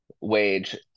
wage